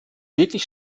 wirklich